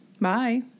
Bye